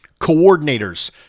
coordinators